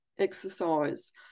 exercise